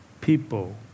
people